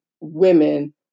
women